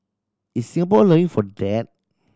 is Singapore allowing for that